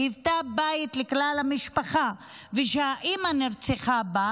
שהיוותה בית לכלל המשפחה ושהאימא נרצחה בה,